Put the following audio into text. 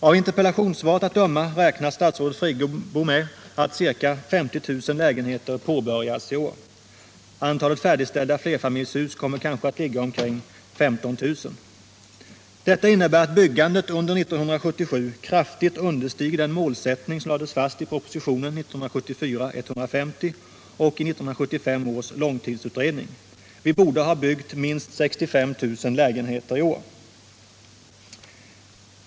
Av interpellationssvaret att döma räknar statsrådet Friggebo med att ca 50 000 lägenheter påbörjas i år. Antalet färdigställda flerfamiljshus kommer kanske att ligga på omkring 15 000. Detta innebär att byggandet under 1977 kraftigt understiger den målsättning som lades fast i propositionen 1974:150 och i 1975 års långtidsutredning. Vi borde ha byggt minst 65 000 lägenheter i år.